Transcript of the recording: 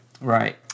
Right